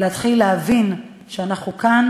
להתחיל להבין שאנחנו כאן